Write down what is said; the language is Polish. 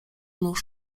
nóź